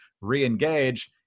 re-engage